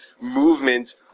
movement